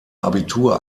abitur